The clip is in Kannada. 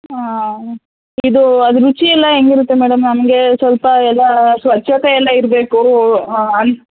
ಇದು ಅದು ರುಚಿ ಎಲ್ಲ ಹೆಂಗಿರುತ್ತೆ ಮೇಡಮ್ ನಮಗೆ ಸ್ವಲ್ಪ ಎಲ್ಲ ಸ್ವಚ್ಛತೆ ಎಲ್ಲ ಇರ್ಬೇಕು